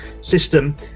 system